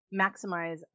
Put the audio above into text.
maximize